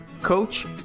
coach